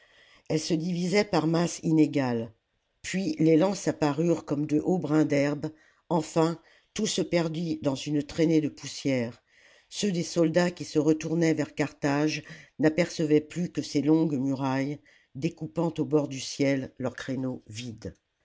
elle se divisait par masses inégales puis les lances apparurent comme de hauts brins d'herbe enfin tout se perdit dans une traînée de poussière ceux des soldats qui se retournaient vers carthage n'apercevaient plus que ses longues murailles découpant au bord du ciel leurs créneaux vides